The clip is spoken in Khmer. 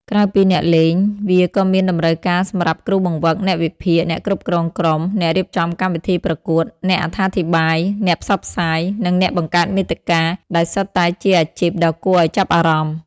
ក្រៅពីអ្នកលេង វាក៏មានតម្រូវការសម្រាប់គ្រូបង្វឹក អ្នកវិភាគ អ្នកគ្រប់គ្រងក្រុម អ្នករៀបចំកម្មវិធីប្រកួត អ្នកអត្ថាធិប្បាយ អ្នកផ្សព្វផ្សាយ និងអ្នកបង្កើតមាតិកា ដែលសុទ្ធតែជាអាជីពដ៏គួរឱ្យចាប់អារម្មណ៍។